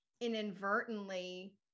inadvertently